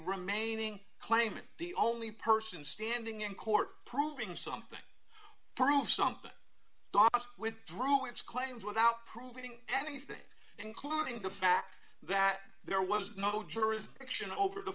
remaining claimant the only person standing in court proving something for something to withdraw its claims without proving anything including the fact that there was no jurisdiction over t